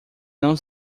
não